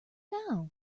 now